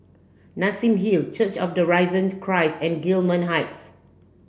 Nassim Hill Church of the Risen Christ and Gillman Heights